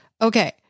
Okay